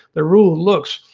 the rule looks,